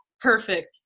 perfect